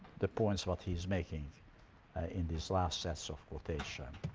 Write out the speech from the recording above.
the points what he's making in this last set of quotations.